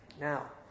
Now